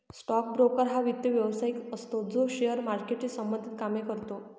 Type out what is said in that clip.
stock broker हा वित्त व्यवसायिक असतो जो शेअर मार्केटशी संबंधित कामे करतो